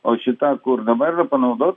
o šita kur dabar yra panaudota